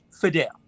Fidel